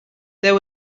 there